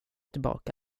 tillbaka